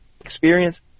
experience